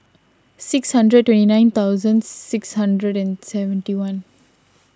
six hundred twenty nine thousand six hundred and seventy one